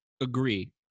agree